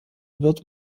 wird